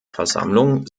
versammlung